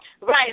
right